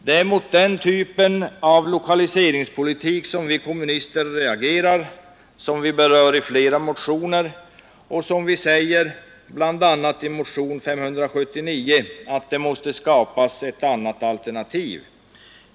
Det är mot den typen av lokaliseringspolitiska åtgärder som vi kommunister reagerar; vi berör det i flera motioner och anför bl.a. i motionen 579 att det måste skapas ett annat alternativ.